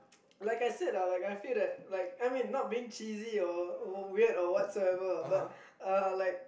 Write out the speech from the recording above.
like I said ah I feel that I mean not being cheesy or weird or whatsoever but like